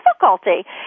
difficulty